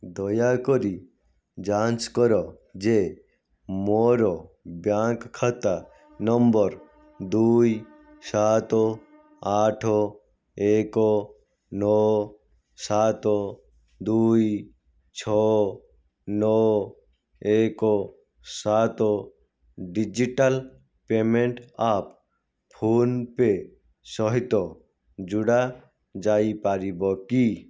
ଦୟାକରି ଯାଞ୍ଚ କର ଯେ ମୋର ବ୍ୟାଙ୍କ୍ ଖାତା ନମ୍ବର୍ ଦୁଇ ସାତ ଆଠ ଏକ ନଅ ସାତ ଦୁଇ ଛଅ ନଅ ଏକ ସାତ ଡିଜିଟାଲ୍ ପେମେଣ୍ଟ୍ ଆପ୍ ଫୋନ୍ପେ ସହିତ ଯୁଡ଼ା ଯାଇପାରିବ କି